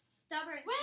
stubborn